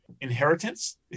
inheritance